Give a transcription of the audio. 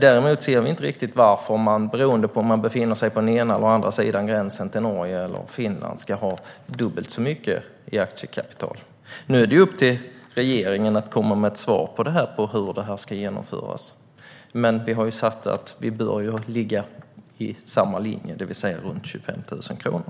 Däremot förstår vi inte att beroende på om man befinner sig på den ena eller andra sidan gränsen till Norge eller Finland ska man ha dubbelt så mycket i aktiekapital. Nu är det upp till regeringen att svara på hur detta ska genomföras. Vi har sagt att det bör ligga på samma linje, det vill säga runt 25 000 kronor.